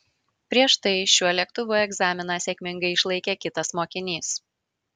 prieš tai šiuo lėktuvu egzaminą sėkmingai išlaikė kitas mokinys